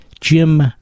Jim